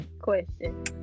question